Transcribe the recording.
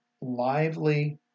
lively